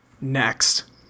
Next